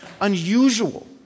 unusual